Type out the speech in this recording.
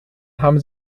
haben